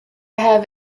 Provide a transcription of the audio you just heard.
have